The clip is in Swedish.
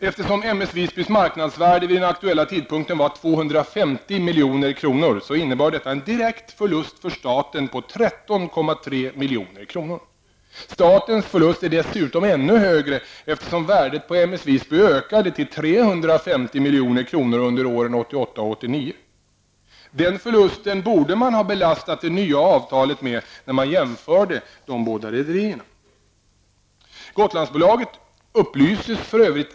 Eftersom m s Visby ökade till 350 milj.kr. under åren 1988 och 1989. Den förlusten borde man ha belastat det nya avtalet med när man jämförde de båda rederierna. Gotlandsbolaget upplystes f.ö.